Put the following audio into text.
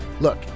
Look